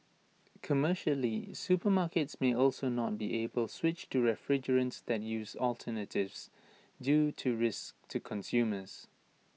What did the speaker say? commercially supermarkets may also not be able switch to refrigerants that use these alternatives due to risks to consumers